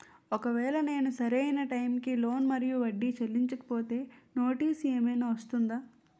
ఒకవేళ నేను సరి అయినా టైం కి లోన్ మరియు వడ్డీ చెల్లించకపోతే నోటీసు ఏమైనా వస్తుందా?